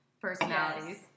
Personalities